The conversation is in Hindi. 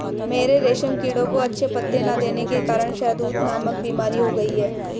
मेरे रेशम कीड़ों को अच्छे पत्ते ना देने के कारण शहदूत नामक बीमारी हो गई है